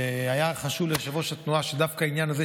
היה חשוב ליושב-ראש התנועה שדווקא העניין הזה,